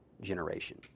generation